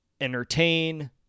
entertain